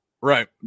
right